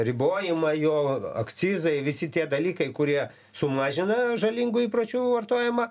ribojimą jo akcizai visi tie dalykai kurie sumažina žalingų įpročių vartojimą